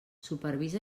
supervisa